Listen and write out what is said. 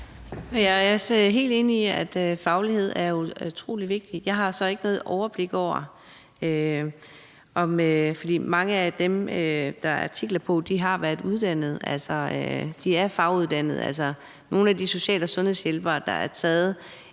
Jeg er helt enig i, at faglighed er utrolig vigtigt. Jeg har så ikke noget overblik over det, for mange af dem, der er artikler om, har været uddannede, altså de er faguddannede. Nogle af de social- og sundhedshjælpere, der er blevet